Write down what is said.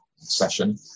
Session